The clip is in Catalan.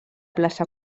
plaça